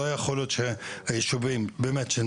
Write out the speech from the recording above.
לא יכול להיות שהיישובים שנמצאים